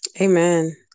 Amen